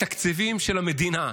תקציבים של המדינה.